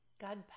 God